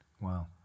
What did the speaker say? Wow